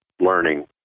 learning